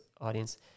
audience